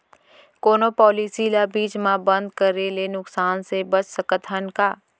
कोनो पॉलिसी ला बीच मा बंद करे ले नुकसान से बचत सकत हन का?